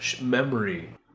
memory